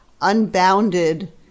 unbounded